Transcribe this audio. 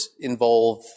involve